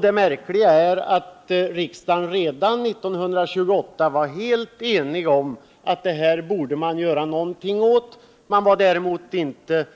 Det märkliga är att riksdagen redan då var helt enig om att det här borde man göra någonting åt. Däremot var man inte